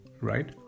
Right